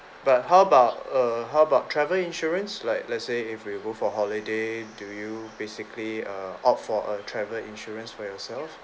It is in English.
but how about err how about travel insurance like let's say if you go for holiday do you basically err opt for a travel insurance for yourself